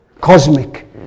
Cosmic